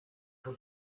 for